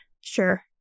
Sure